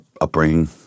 upbringing